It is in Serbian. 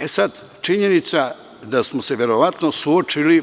E, sad, činjenica da smo se verovatno suočili